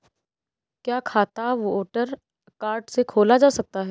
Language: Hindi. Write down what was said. क्या खाता वोटर कार्ड से खोला जा सकता है?